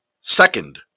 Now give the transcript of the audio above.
Second